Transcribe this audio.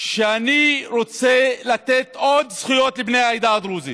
אני רוצה לתת עוד זכויות לבני העדה הדרוזית,